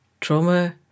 trauma